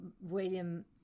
William